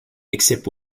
except